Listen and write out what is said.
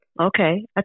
Okay